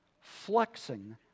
flexing